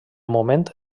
moment